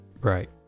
Right